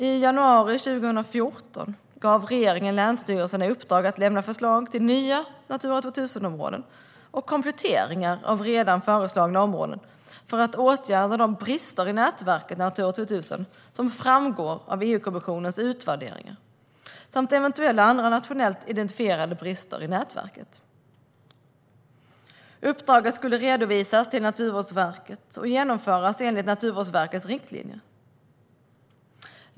I januari 2014 gav regeringen länsstyrelserna i uppdrag att lämna förslag till nya Natura 2000-områden och kompletteringar av redan föreslagna områden för att åtgärda de brister i nätverket Natura 2000 som framgår av EU-kommissionens utvärderingar samt eventuella andra nationellt identifierade brister i nätverket. Uppdraget skulle redovisas till Naturvårdsverket och genomföras enligt Naturvårdsverkets riktlinjer.